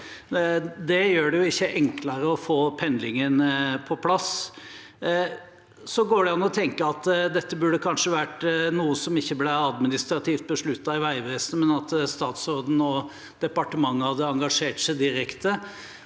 Det gjør det jo ikke enklere å få pendlingen på plass. Så går det an å tenke at dette burde kanskje vært noe som ikke ble administrativt besluttet i Vegvesenet, men at statsråden og departementet hadde engasjert seg direkte